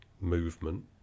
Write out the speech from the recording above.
movement